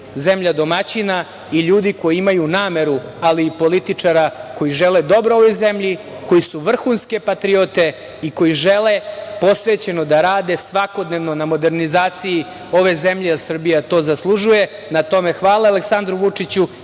zemlja domaćina i ljudi koji imaju nameru, ali i političara koji žele dobro ovoj zemlji, koji su vrhunske patriote i koji žele posvećeno da rade svakodnevno na modernizaciji ove zemlje. Srbija to zaslužuje. Na tome hvala Aleksandru Vučiću.